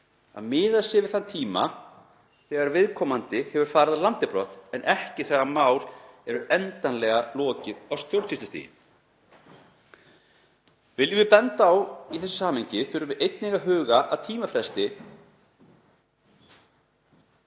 að miðað sé við þann tíma þegar viðkomandi hefur farið að landi brott en ekki þegar máli er endanlega lokið á stjórnsýslustigi. Viljum við benda á að í þessu samhengi þurfi einnig að huga að tímafresti